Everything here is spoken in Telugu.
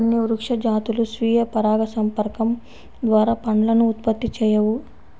కొన్ని వృక్ష జాతులు స్వీయ పరాగసంపర్కం ద్వారా పండ్లను ఉత్పత్తి చేయవు